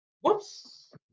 Whoops